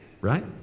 right